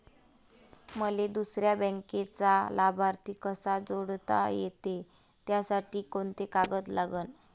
मले दुसऱ्या बँकेचा लाभार्थी कसा जोडता येते, त्यासाठी कोंते कागद लागन?